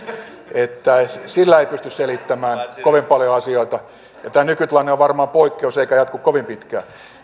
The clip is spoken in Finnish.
niin että sillä ei pysty selittämään kovin paljon asioita tämä nykytilanne on varmaan poikkeus eikä jatku kovin pitkään